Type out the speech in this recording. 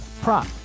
prop